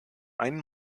einen